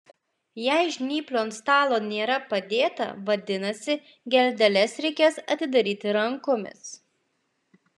jei žnyplių ant stalo nėra padėta vadinasi geldeles reikės atidaryti rankomis